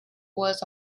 was